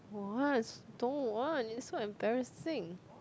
what don't want it's so embarrassing